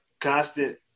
constant